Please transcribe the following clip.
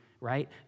right